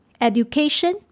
education